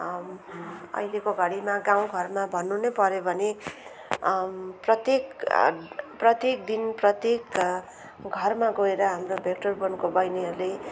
अहिलेको घडीमा गाउँघरमा भन्नु नै पर्यो भने प्रत्येक प्रत्येक दिन प्रत्येक घरमा गएर हाम्रो भेक्टर बोनको बहिनीहरूले